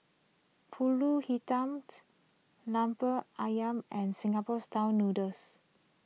Pulut Hitam's Lemper Ayam and Singapore Style Noodles